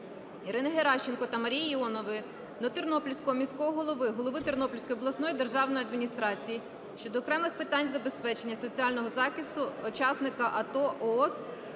Ірини Геращенко та Марії Іонової до Тернопільського міського голови, голови Тернопільської обласної державної адміністрації щодо окремих питань забезпечення соціального захисту учасника АТО/ООС